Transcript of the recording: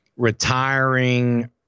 retiring